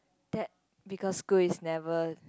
that because school is never